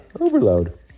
overload